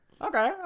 Okay